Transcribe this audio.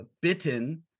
Bitten